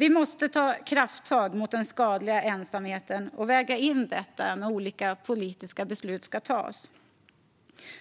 Vi måste ta krafttag mot den skadliga ensamheten och väga in detta när olika politiska beslut ska fattas.